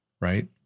right